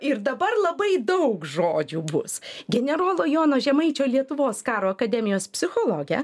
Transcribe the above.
ir dabar labai daug žodžių bus generolo jono žemaičio lietuvos karo akademijos psichologė